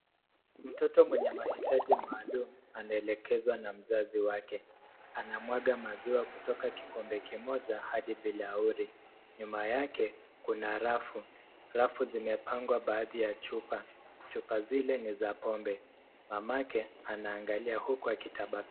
Mtoto mwenye mahitaji maalum anaelekezwa na mzazi wake. Anamwaga maziwa kutoka kikombe kimoja hadi bilauri. Nyuma yake, kuna rafu. Rafu zimepangwa baadhi ya chupa. Chupa zile ni za pombe, mamake anaangalia huku akitabasamu.